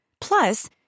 Plus